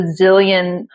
bazillion